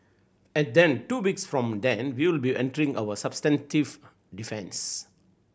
and then two weeks from then we'll be entering our substantive defence